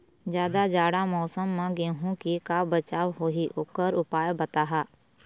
जादा जाड़ा मौसम म गेहूं के का बचाव होही ओकर उपाय बताहा?